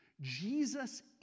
Jesus